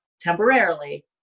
temporarily